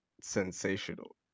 sensational